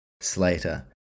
Slater